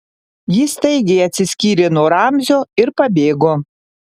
ji staigiai atsiskyrė nuo ramzio ir pabėgo